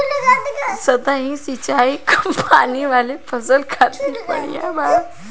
सतही सिंचाई कम पानी वाला फसल खातिर बढ़िया बावे